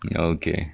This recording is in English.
okay